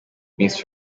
miss